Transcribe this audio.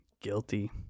Guilty